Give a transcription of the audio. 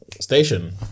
station